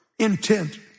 Intent